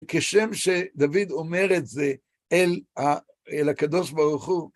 כשם שדוד אומר את זה, אל הקדוש ברוך הוא.